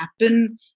happen